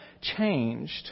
changed